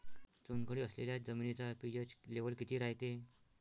चुनखडी असलेल्या जमिनीचा पी.एच लेव्हल किती रायते?